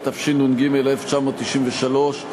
התשנ"ג 1993,